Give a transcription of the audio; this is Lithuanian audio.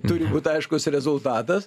turi būt aiškus rezultatas